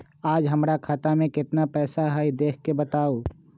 आज हमरा खाता में केतना पैसा हई देख के बताउ?